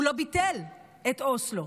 הוא לא ביטל את אוסלו,